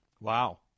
Wow